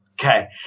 Okay